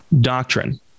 doctrine